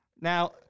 Now